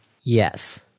Yes